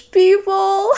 people